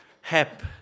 hep